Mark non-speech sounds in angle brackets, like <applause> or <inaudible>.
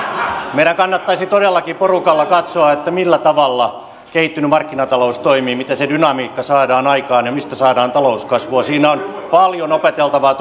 meidän kannattaisi todellakin porukalla katsoa millä tavalla kehittynyt markkinatalous toimii miten se dynamiikka saadaan aikaan ja mistä saadaan talouskasvua siinä on paljon opeteltavaa <unintelligible>